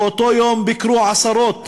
באותו יום ביקרו עשרות,